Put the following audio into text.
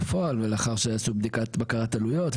ולאחר שעשו בדיקת בקרת עלויות,